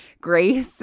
grace